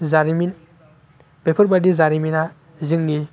जारिमिन बेफोर बायदि जारिमिना जोंनि